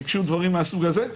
ביקשו דברים מהסוג הזה.